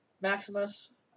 Maximus